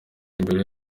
imbere